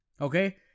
okay